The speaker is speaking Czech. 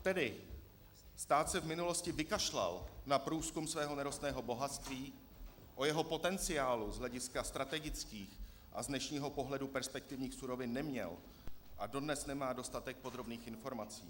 Tedy stát se v minulosti vykašlal na průzkum svého nerostného bohatství, o jeho potenciálu z hlediska strategických a z dnešního pohledu perspektivních surovin neměl a dodnes nemá dostatek podrobných informací.